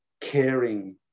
caring